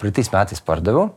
praeitais metais pardaviau